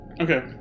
Okay